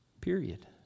Period